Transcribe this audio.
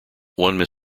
one